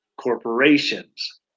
corporations